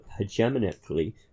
hegemonically